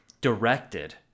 directed